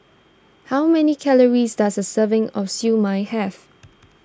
how many calories does a serving of Siew Mai have